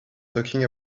talking